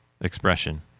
expression